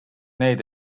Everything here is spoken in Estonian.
neid